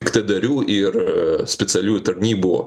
piktadarių ir specialiųjų tarnybų